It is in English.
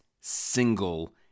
single